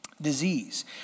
disease